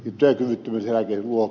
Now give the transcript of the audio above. arvoisa puhemies